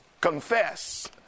confess